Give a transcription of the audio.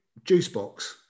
Juicebox